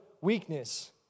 weakness